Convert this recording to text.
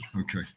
Okay